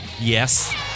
Yes